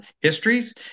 histories